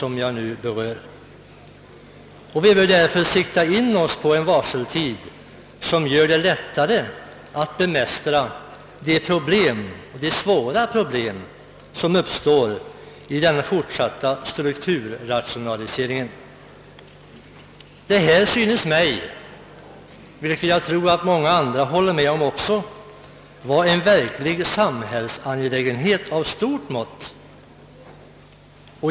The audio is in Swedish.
Vi bör därför inrikta oss på en varseltid som gör det lättare att bemästra de svåra problem som kommer att uppstå i samband med den fortsatta strukturrationaliseringen. Detta synes mig vara — och jag tror att många håller med mig om det — en samhällsangelägenhet av stort mått.